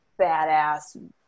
badass